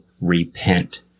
repent